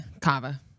Kava